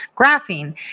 graphene